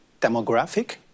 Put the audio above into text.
demographic